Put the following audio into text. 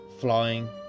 flying